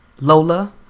Lola